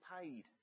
paid